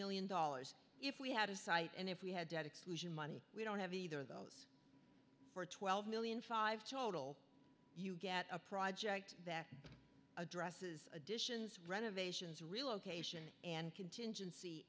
million dollars if we had a site and if we had to add exclusion money we don't have either of those for twelve million and five total you get a project that addresses additions renovations relocation and contingency